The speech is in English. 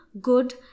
good